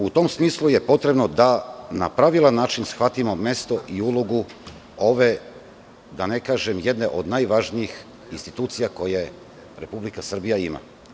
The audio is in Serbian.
U tom smislu je potrebno da na pravilan način shvatimo mesto i ulogu ove, da ne kažem, jedne od najvažnijih institucija koje Republika Srbija ima.